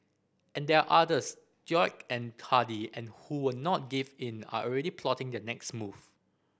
and there are others stoic and hardy and who will not give in are already plotting their next move